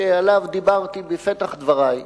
שעליו דיברתי בפתח דברי,